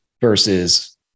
Versus